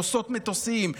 נושאות מטוסים,